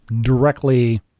directly